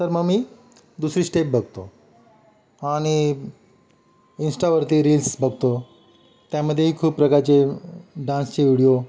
तर मग मी दुसरी स्टेप बघतो आणि इंस्टावरती रील्स बघतो त्यामध्येही खूप प्रकारचे डान्सचे विडिओ